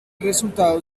resultado